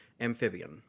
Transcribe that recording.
amphibian